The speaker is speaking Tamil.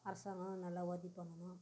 அரசாங்கம் நல்லா உதவி பண்ணணும்